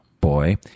boy